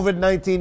COVID-19